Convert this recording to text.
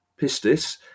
pistis